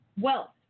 wealth